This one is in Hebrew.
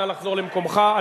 נא לחזור למקומך.